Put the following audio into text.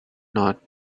not